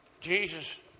Jesus